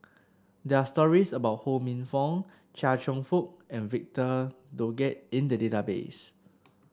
there are stories about Ho Minfong Chia Cheong Fook and Victor Doggett in the database